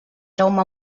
jaume